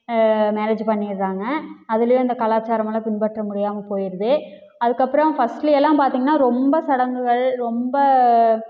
marriage பண்ணிடுறாங்க அதுலேயும் இந்த கலாச்சாரமெல்லாம் பின்பற்ற முடியாமல் போயிடுது அதுக்கப்புறம் ஃபர்ஸ்ட்லையெல்லாம் பார்த்தீங்கன்னா ரொம்ப சடங்குகள் ரொம்ப